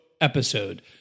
episode